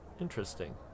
interesting